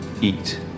eat